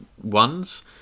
ones